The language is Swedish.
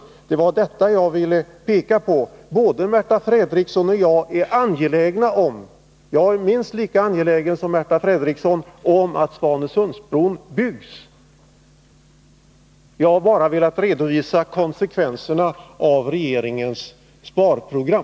Det var detta jag ville peka på. Jag är minst lika angelägen som Märta Fredrikson om att Svanesundsbron byggs, men jag har som sagt velat redovisa konsekvenserna av regeringens sparprogram.